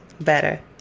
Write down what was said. better